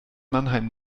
mannheim